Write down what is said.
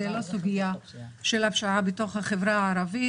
זו לא סוגיה של הפשיעה בתוך החברה הערבית.